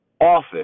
Office